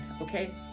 okay